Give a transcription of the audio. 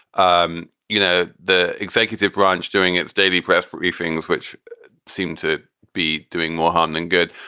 um you know, the executive branch doing its daily press briefings, which seem to be doing more harm than good.